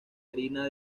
harina